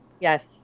Yes